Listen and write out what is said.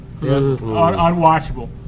Unwatchable